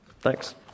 Thanks